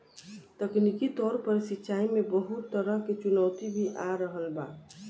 तकनीकी तौर पर सिंचाई में बहुत तरह के चुनौती भी आ रहल बा